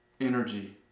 energy